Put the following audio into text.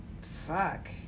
fuck